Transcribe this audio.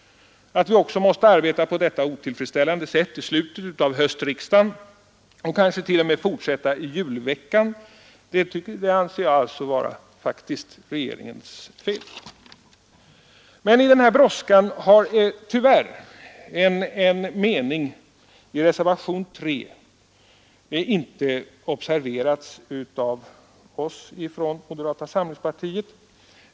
Att vi också måste arbeta på detta otillfredsställande sätt i slutet på höstriksdagen och kanske t.o.m. fortsätta i julveckan anser jag faktiskt vara regeringens fel. I den här brådskan har tyvärr en mening i reservationen 3 inte observerats av oss från moderata samlingspartiet.